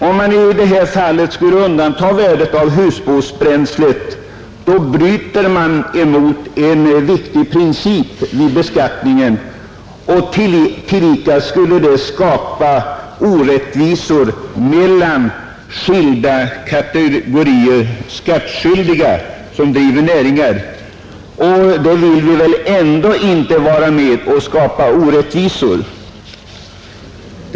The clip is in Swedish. Om man i detta fall skulle undanta värdet av husbehovsbränslet, bryter man emot en viktig princip vid beskattningen. Tillika skulle det skapa orättvisor mellan skilda kategorier skattskyldiga som driver näringar. Vi vill väl ändå inte vara med om att skapa orättvisor?